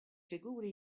figuri